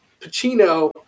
Pacino